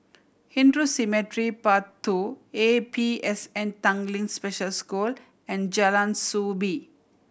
Hindu Cemetery Path Two A P S N Tanglin Special School and Jalan Soo Bee